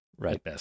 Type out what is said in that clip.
Right